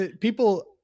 people